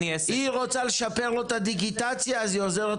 היא רוצה לשפר לו את הדיגיטציה אז היא עוזרת